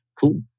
Cool